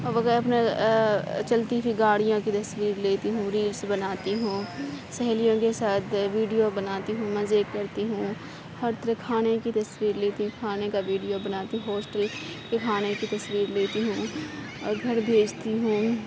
اب چلتی ہوئی گاڑیاں کی تصویر لیتی ہوں ریلس بناتی ہوں سہیلیوں کے ساتھ ویڈیو بناتی ہوں مزے کرتی ہوں ہر طرح کے کھانے کی تصویر لیتی ہوں کھانے کا ویڈیو بناتی ہوں ہوسٹل کے کھانے کی تصویر لیتی ہوں اور گھر بھیجتی ہوں